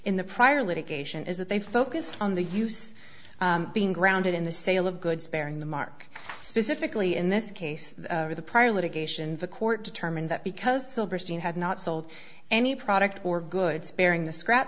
in the prior litigation is that they focused on the use being grounded in the sale of goods bearing the mark specifically in this case with a prior litigation the court determined that because silverstein had not sold any product or good sparing the scrap